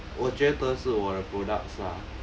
我觉得是我的 products lah